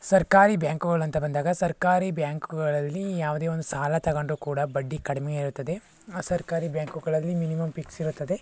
ಸರ್ಕಾರಿ ಬ್ಯಾಂಕುಗಳು ಅಂತ ಬಂದಾಗ ಸರ್ಕಾರಿ ಬ್ಯಾಂಕುಗಳಲ್ಲಿ ಯಾವುದೇ ಒಂದು ಸಾಲ ತಗೊಂಡ್ರು ಕೂಡ ಬಡ್ಡಿ ಕಡಿಮೆ ಇರುತ್ತದೆ ಆ ಸರ್ಕಾರಿ ಬ್ಯಾಂಕುಗಳಲ್ಲಿ ಮಿನಿಮಮ್ ಪಿಕ್ಸಿರುತ್ತದೆ